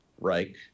Reich